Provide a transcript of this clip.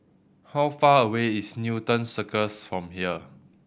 how far away is Newton Circus from here